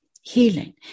Healing